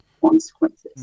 consequences